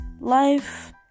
life